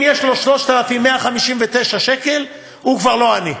אם יש לו 3,159 שקל, הוא כבר לא עני,